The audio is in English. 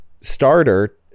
starter